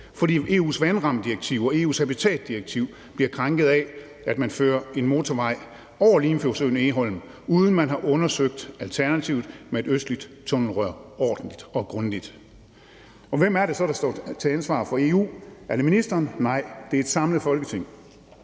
fordi EU's vandrammedirektiv og EU's habitatdirektiv bliver krænket ved, at man fører en motorvej over Limfjordsøen Egholm, uden at man har undersøgt alternativet med et østligt tunnelrør ordentligt og grundigt. Og hvem er det så, der står til ansvar for EU? Er det ministeren? Nej, det er et samlet Folketing,